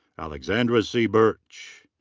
alexandra c. burch.